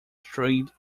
tread